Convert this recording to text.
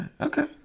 Okay